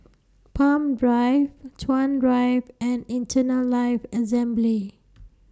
Palm Drive Chuan Drive and Eternal Life Assembly